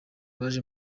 baje